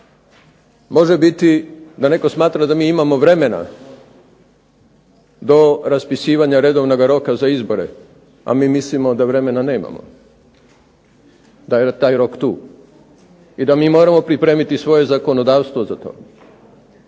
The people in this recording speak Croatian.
Može biti da netko smatra da mi imamo vremena do raspisivanja redovnoga roka za izbore, a mi mislimo da vremena nemamo. Taj je rok tu i da mi moramo pripremiti svoje zakonodavstvo za to.